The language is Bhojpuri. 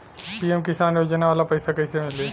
पी.एम किसान योजना वाला पैसा कईसे मिली?